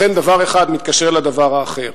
לכן, דבר אחד מתקשר לדבר האחר.